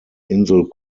insel